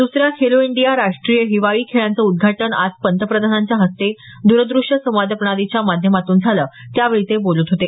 दुसर्या खेलो इंडिया राष्ट्रीय हिवाळी खेळांचं उद्घाटन आज पंतप्रधानांच्या हस्ते द्रदृश्य संवाद प्रणालीच्या माध्यमातून झालं त्यावेळी ते बोलत होते